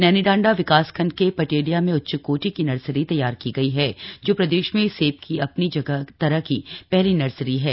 नैनीडांडा विकासखण्ड के पटेलिया में उच्चकोटि की नर्सरी तैयार की गई है जो प्रदेश में सेब की अपनी तरह की पहली नर्सरी है